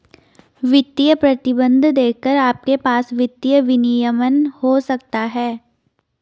वित्तीय प्रतिबंध देखकर आपके पास वित्तीय विनियमन हो सकता है